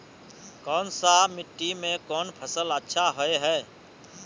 कोन सा मिट्टी में कोन फसल अच्छा होय है?